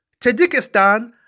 Tajikistan